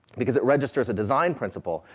because it registers a design principle,